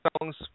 songs